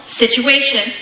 situation